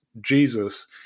Jesus